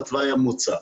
בתוואי המוצע.